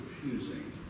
confusing